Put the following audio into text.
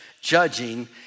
judging